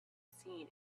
seen